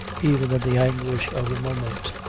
even in the anguish of the moment.